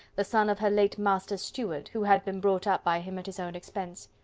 the son of her late master's steward, who had been brought up by him at his own expense.